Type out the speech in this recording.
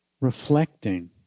reflecting